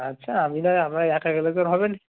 আচ্ছা আমি না হয় আমি একা গেলে তো আর হবে নি